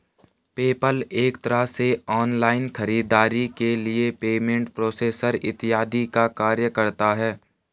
PayPal एक तरह से ऑनलाइन खरीदारी के लिए पेमेंट प्रोसेसर इत्यादि का कार्य करता है